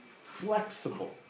flexible